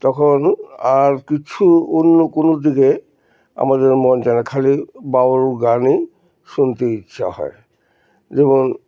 তখন আর কিছু অন্য কোনো দিকে আমাদের মন যায় না খালি বাউল গানই শুনতে ইচ্ছা হয় যেমন